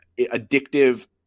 addictive